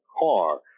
car